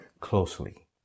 closely